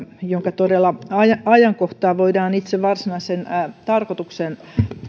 jonka ajankohta voidaan todella itse varsinaisen tarkoituksen